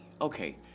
Okay